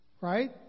Right